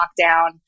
lockdown